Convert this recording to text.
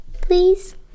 please